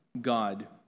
God